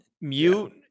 Mute